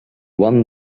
won